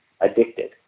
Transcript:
addicted